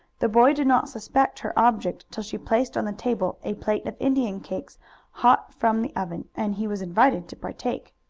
the boy did not suspect her object till she placed on the table a plate of indian cakes hot from the oven and he was invited to partake.